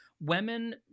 women